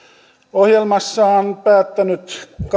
ohjelmassaan päättänyt